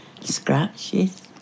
Scratches